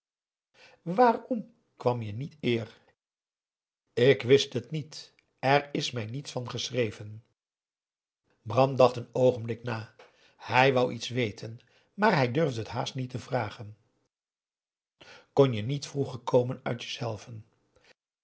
waarom kwam je niet eer ik wist het niet er is mij niets van geschreven bram dacht een oogenblik na hij wou iets weten maar hij durfde t haast niet vragen kon je niet vroeger komen uit jezelven